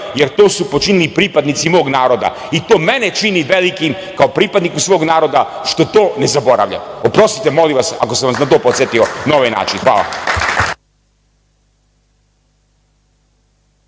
jer to su počinili pripadnici mog naroda i to mene čini velikim kao pripadnika svog naroda što to ne zaboravljam. Oprostite molim vas, ako sam vas na to podsetio na ovaj način. Hvala.